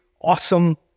awesome